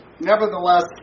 Nevertheless